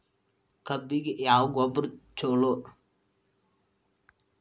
ಕಬ್ಬಿಗ ಯಾವ ಗೊಬ್ಬರ ಛಲೋ?